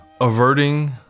Averting